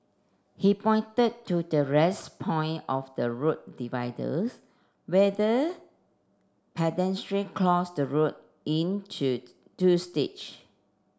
he pointed to the rest point of the road dividers whether pedestrian cross the road in to two stage